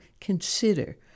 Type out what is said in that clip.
consider